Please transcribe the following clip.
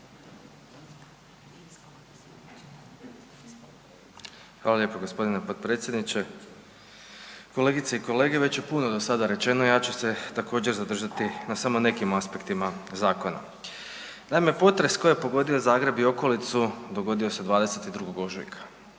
Hvala lijepo gospodine potpredsjedniče. Kolegice i kolege. Već je puno do sada rečeno, ja ću se također zadržati na smo nekim aspektima zakona. Naime, potres koji je pogodio Zagreb i okolicu dogodio se 22. ožujka,